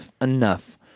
enough